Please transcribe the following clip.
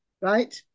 right